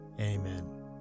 amen